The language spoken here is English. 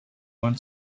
want